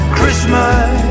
Christmas